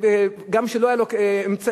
גם כשלא היו לו האמצעים,